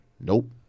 Nope